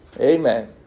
Amen